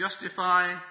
justify